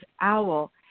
owl